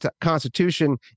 Constitution